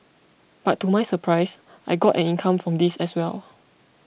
but to my surprise I got an income from this as well